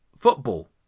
football